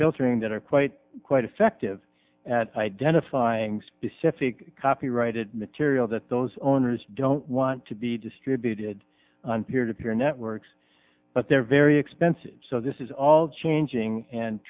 filtering that are quite quite effective at identifying specific copyrighted material that those owners don't want to be distributed on peer to peer networks but they're very expensive so this is all changing and